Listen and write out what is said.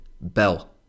bell